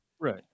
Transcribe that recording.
Right